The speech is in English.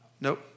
Nope